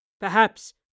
Perhaps